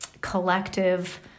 collective